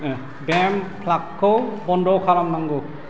dam प्लागखौ बन्द' खालामनांगौ